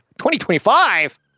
2025